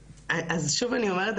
שוב אני אומרת,